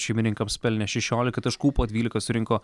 šeimininkams pelnė šešiolika taškų po dvylika surinko